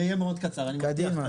זה יהיה מאוד קצר, אני מבטיח.